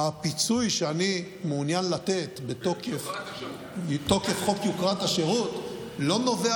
הפיצוי שאני מעוניין לתת מתוקף חוק יוקרת השירות לא נובע